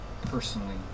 Personally